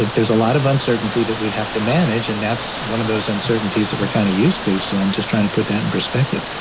there's a lot of uncertainty that we have to manage, and that's one of those uncertainties that were kind of used to. so i'm just trying to put them in perspective.